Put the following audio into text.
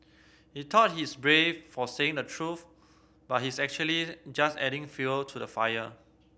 he thought he's brave for saying the truth but he's actually just adding fuel to the fire